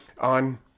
on